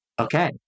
okay